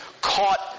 Caught